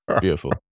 Beautiful